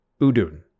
Udun